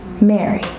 Mary